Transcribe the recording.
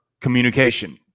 communication